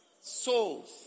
Souls